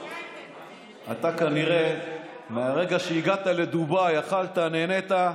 אתה, כנראה, מהרגע שהגעת לדובאי, אכלת, נהנית,